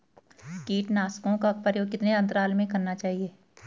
कीटनाशकों का प्रयोग कितने अंतराल में करना चाहिए?